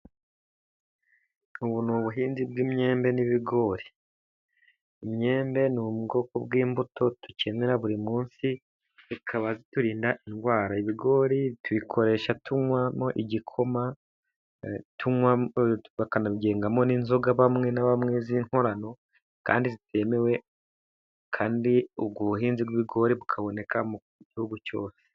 Ubu ni ubuhinzi bw'imyembe n'ibigori, imyembe n'ubwoko bw'imbuto dukenera buri munsi, bikaba biturinda indwara, ibigori tubikoresha tunywamo igikoma, tunywa bakanabyengamo n'inzoga, bamwe na bamwe z'inkorano kandi zitemewe kandi ubwo buhinzi bw'ibigori, bukaboneka mu gihugu cyose.